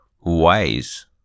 wise